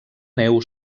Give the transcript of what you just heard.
neu